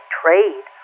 trade